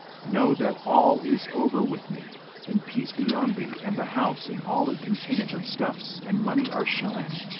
know that all is over with me and peace be on thee, and the house and all it containeth of stuffs and money are shine.